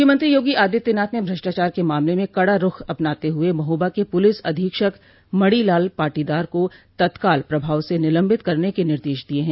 मुख्यमंत्री योगी आदित्यनाथ ने भ्रष्टाचार के मामले में कड़ा रूख अपनाते हुए महोबा के पुलिस अधीक्षक मणिलाल पाटीदार को तत्काल प्रभाव से निलम्बित करने के निर्देश दिये हैं